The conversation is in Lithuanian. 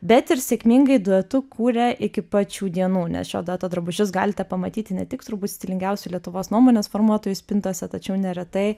bet ir sėkmingai duetu kuria iki pat šių dienų nes šio dueto drabužius galite pamatyti ne tik turbūt stilingiausių lietuvos nuomonės formuotojų spintose tačiau neretai